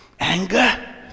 Anger